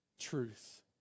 truth